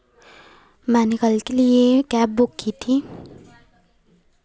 मैंने कल के लिए कैब बुक की थी